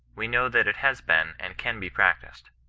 we know that it has been and can be prac tised.